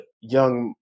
young